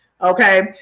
okay